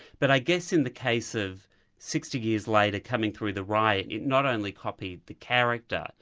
but i guess in the case of sixty years later coming through the rye it not only copied the character,